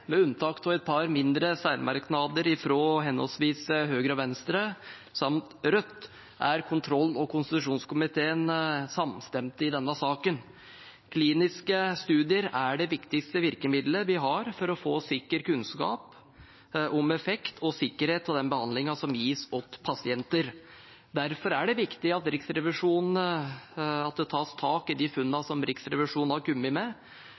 Med unntak av et par mindre særmerknader fra henholdsvis Høyre og Venstre samt Rødt er kontroll- og konstitusjonskomiteen samstemt i denne saken. Kliniske studier er det viktigste virkemidlet vi har for å få sikker kunnskap om effekten og sikkerheten av den behandlingen som gis til pasienter. Derfor er det viktig at det tas tak i de funnene som Riksrevisjonen har kommet med